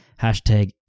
hashtag